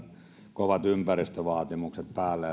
kovat ympäristövaatimukset päälle